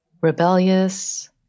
rebellious